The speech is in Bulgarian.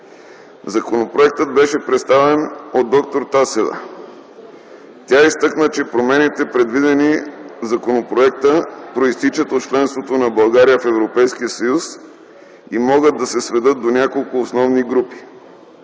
Законопроектът беше представен от д-р Тасева. Тя изтъкна, че промените предвидени в законопроекта произтичат от членството на България в Европейския съюз и могат да се сведат до няколко основни групи.